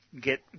get